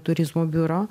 turizmo biuro